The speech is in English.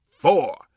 Four